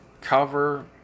cover